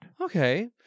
Okay